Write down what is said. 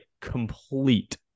complete